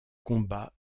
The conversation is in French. combat